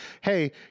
hey